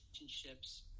relationships –